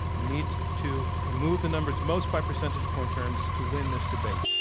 you need to move the numbers most, by percentage point terms, to win this debate.